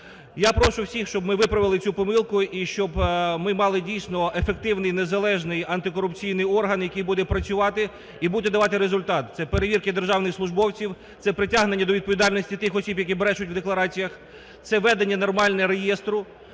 Я прошу всіх, щоб ми виправили цю помилку, і щоб ми мали дійсно ефективний незалежний антикорупційний орган, який буде працювати і буде давати результат. Це перевірка державних службовців, це притягнення до відповідальності тих осіб, які брешуть в деклараціях, це ведення нормальне реєстру.